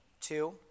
Two